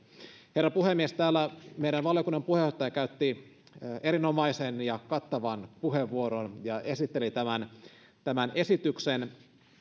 herra puhemies täällä meidän valiokunnan puheenjohtaja käytti erinomaisen ja kattavan puheenvuoron ja esitteli tämän tämän esityksen